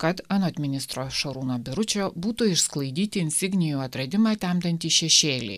kad anot ministro šarūno biručio būtų išsklaidyti insignijų atradimą temdantys šešėliai